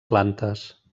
plantes